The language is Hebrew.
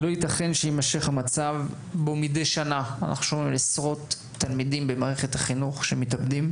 לא ייתכן שיימשך המצב בו מדי שנה עשרות תלמידים במערכת החינוך מתאבדים.